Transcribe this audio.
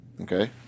Okay